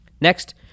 Next